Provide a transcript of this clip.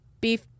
beef